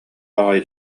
аҕай